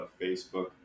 Facebook